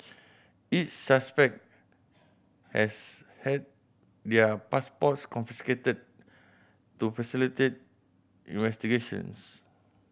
each suspect has had their passports confiscated to facilitate investigations